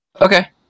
Okay